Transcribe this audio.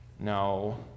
No